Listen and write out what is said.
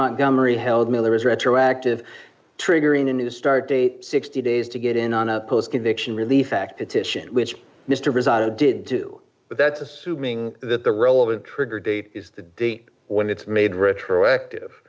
montgomery held miller was retroactive triggering a new start date sixty days to get in on a post conviction relief act petition which mr resign did too but that's assuming that the relevant trigger date is the date when it's made retroactive